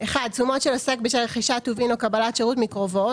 תשומות של עוסק בשל רכישת טובין או קבלת שירות מקרובו,